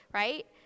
right